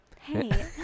Hey